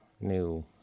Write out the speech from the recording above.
new